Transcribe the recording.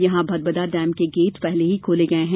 यहां भदभदा डेम के गेट पहले ही खोले गये हैं